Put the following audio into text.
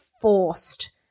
forced